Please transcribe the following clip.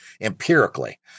empirically